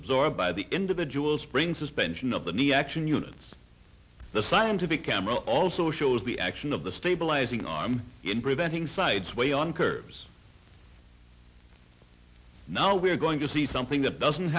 absorbed by the individual springs suspension of the knee action units the scientific camera also shows the action of the stabilizing arm in preventing sights way on curves now we're going to see something that doesn't